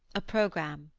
a programme.